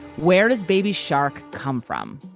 where does baby shark come from?